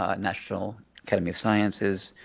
ah national academy of sciences,